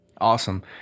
Awesome